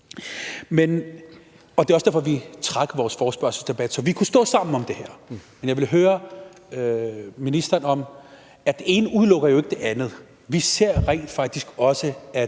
Det er også derfor, at vi trak vores forespørgsel tilbage, så vi kunne stå sammen om det her. Men jeg vil høre ministeren om noget, for det ene udelukker jo ikke det andet. Vi ser rent faktisk også, at